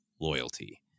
loyalty